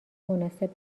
مناسب